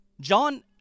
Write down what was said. john